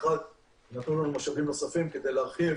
יינתנו לנו משאבים נוספים כדי להרחיב